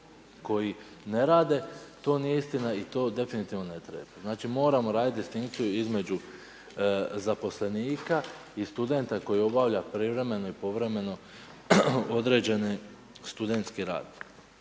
koji ne rade, to nije istina i to definitivno ne treba. Znači moramo raditi distinkciju između zaposlenika i studenta koji obavlja privremeni i povremeno određeni studentski rad.